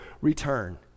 return